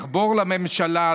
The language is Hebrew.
לחבור לממשלה,